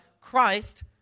Christ